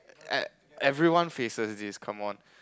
at every one faces this come on